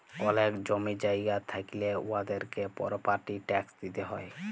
অলেক জমি জায়গা থ্যাইকলে উয়াদেরকে পরপার্টি ট্যাক্স দিতে হ্যয়